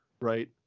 right